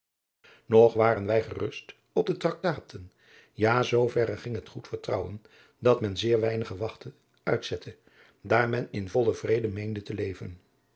nog waren wij gerust op de traktaten ja zoo verre ging het goed vertrouwen dat men zeer weinige wachten uitzette daar men in vollen vrede meende te leven